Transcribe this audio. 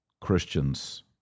Christians